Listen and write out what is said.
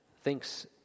thinks